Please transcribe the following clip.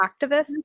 activists